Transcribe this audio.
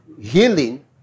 healing